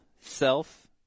self